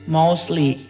mostly